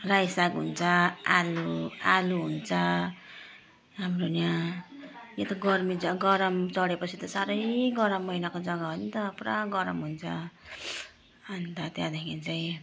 रायो साग हुन्छ आलु आलु हुन्छ हाम्रो यहाँ यो त गर्मी गरम चढे पछि त साह्रै गरम महिनाको जगा हो नि त पुरा गरम हुन्छ अन्त त्यहाँदेखि चाहिँ